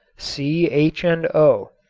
c, h and o,